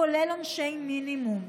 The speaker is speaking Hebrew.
כולל עונשי מינימום.